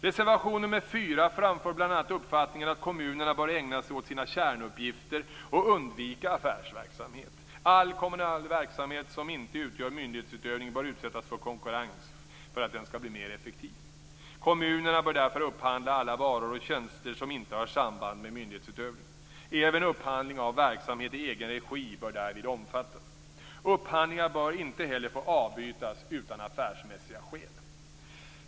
Reservation nr 4 framför bl.a. uppfattningen att kommunerna bör ägna sig åt sina kärnuppgifter och undvika affärsverksamhet. All kommunal verksamhet som inte utgör myndighetsutövning bör utsättas för konkurrens för att den skall bli mer effektiv. Kommunerna bör därför upphandla alla varor och tjänster som inte har samband med myndighetsutövning. Även upphandling av verksamhet i egen regi bör därvid omfattas. Upphandlingar bör inte heller få avbrytas utan affärsmässiga skäl.